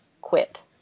quit